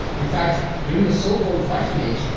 in fact, during the so-called viking age,